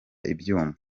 ibyuma